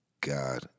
God